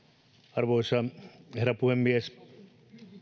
arvoisa herra puhemies